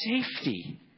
safety